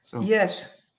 Yes